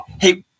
hey